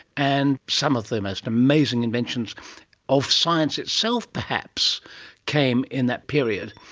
and some of the most amazing inventions of science itself perhaps came in that period.